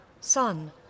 Son